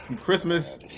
Christmas